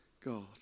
God